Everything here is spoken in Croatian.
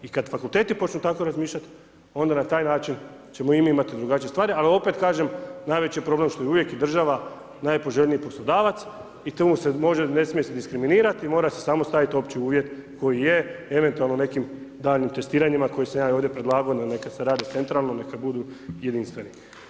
I kad fakulteti počnu tako razmišljat, onda na taj način ćemo i mi imati drugačije stvari ali opet kažem, najveći je problem što je uvijek država najpoželjniji poslodavac i to se ne smije diskriminirati i mora se samo staviti opći uvjet koji je, eventualno nekim daljnjim testiranjima koje sam ja ovdje predlagao kad se radi o centralnome, kad budu jedinstveni.